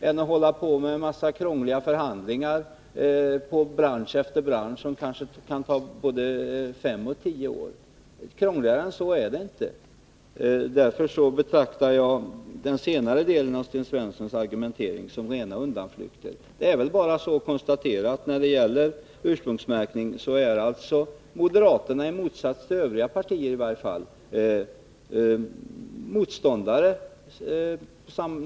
Det borde vara enklare än att ha krångliga förhandlingar inom bransch efter bransch som kan ta både fem och tio år. Krångligare än så är det inte. Därför betraktar jag den senare delen av Sten Svenssons argumentering som rena undanflykter. Det är bara att konstatera att moderaterna — i motsats till övriga partier — är motståndare till ursprungsmärkning.